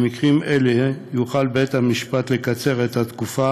במקרים אלה יוכל בית-המשפט לקצר את תקופת